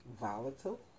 volatile